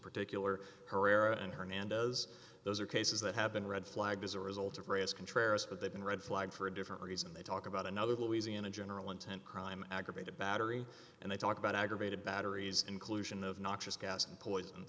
particular herrera and hernandez those are cases that have been red flagged as a result of raids contrary but they've been red flagged for a different reason they talk about another louisiana general intent crime aggravated battery and they talk about aggravated batteries inclusion of noxious gas and poison